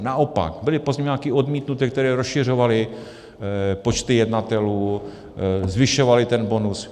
Naopak byly pozměňováky odmítnuté, které rozšiřovaly počty jednatelů, zvyšovaly ten bonus.